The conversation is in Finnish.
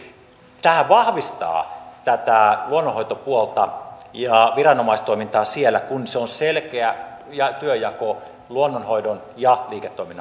siksi tämä vahvistaa luonnonhoitopuolta ja viranomaistoimintaa siellä kun on selkeä työnjako luonnonhoidon ja liiketoiminnan puolella